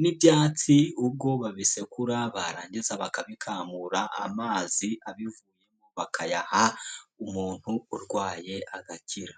n'ibyatsi ubwo babisekura, barangiza bakabikamura, amazi abivuyemo bakayaha umuntu urwaye agakira.